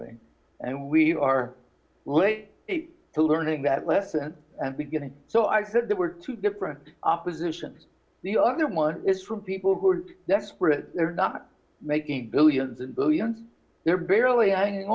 giving and we are late to learning that lesson and beginning so i said there were two different opposition the other one is from people who are desperate they're not making billions and billions they're barely hanging